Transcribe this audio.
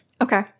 Okay